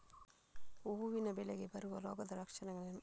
ಹೂವಿನ ಬೆಳೆಗೆ ಬರುವ ರೋಗದ ಲಕ್ಷಣಗಳೇನು?